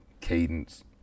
cadence